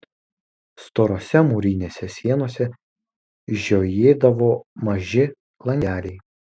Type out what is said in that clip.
storose mūrinėse sienose žiojėdavo maži langeliai